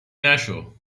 نشو